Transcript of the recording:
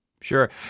Sure